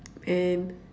and